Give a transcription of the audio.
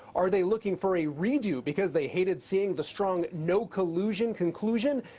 are they looking for a redo because they hated seeing the strong no collusion conclusion?